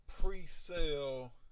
pre-sale